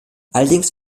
allerdings